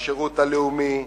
בשירות הלאומי,